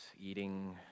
eating